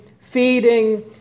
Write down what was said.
feeding